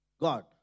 God